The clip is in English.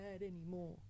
anymore